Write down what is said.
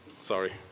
Sorry